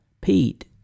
Pete